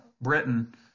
Britain